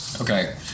okay